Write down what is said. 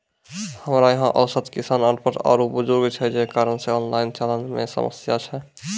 हमरा यहाँ औसत किसान अनपढ़ आरु बुजुर्ग छै जे कारण से ऑनलाइन चलन मे समस्या छै?